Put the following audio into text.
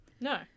No